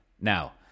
Now